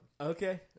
Okay